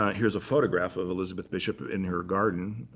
here's a photograph of elizabeth bishop in her garden.